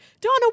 Donna